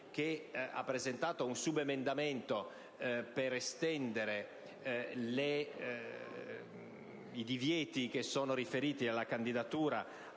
che ha presentato un subemendamento per estendere i divieti che sono riferiti alla candidatura